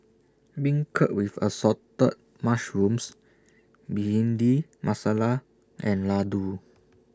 Beancurd with Assorted Mushrooms Bhindi Masala and Laddu